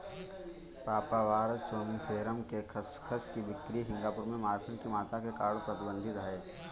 papaver somniferum के खसखस की बिक्री सिंगापुर में मॉर्फिन की मात्रा के कारण प्रतिबंधित है